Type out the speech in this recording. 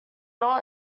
not